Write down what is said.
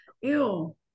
Ew